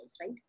right